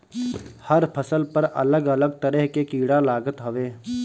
हर फसल पर अलग अलग तरह के कीड़ा लागत हवे